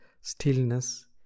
stillness